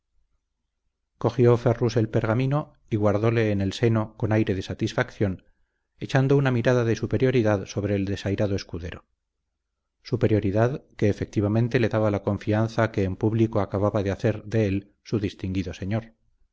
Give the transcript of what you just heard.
cogió ferrus el pergamino y guardóle en el seno con aire de satisfacción echando una mirada de superioridad sobre el desairado escudero superioridad que efectivamente le daba la confianza que en público acababa de hacer de él su distinguido señor